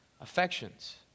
affections